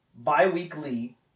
bi-weekly